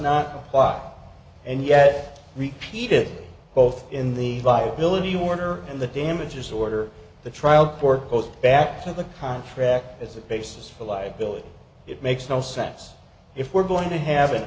not apply and yet repeated both in the viability order and the damages order the trial court goes back to the contract as a basis for liability it makes no sense if we're going to have an